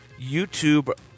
YouTube